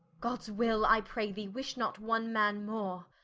gods will, i pray thee wish not one man more.